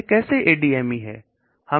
यह कैसे ADME है